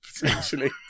potentially